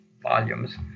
volumes